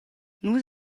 nus